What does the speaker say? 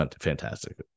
fantastic